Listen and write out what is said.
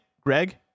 greg